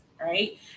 right